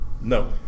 No